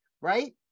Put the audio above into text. right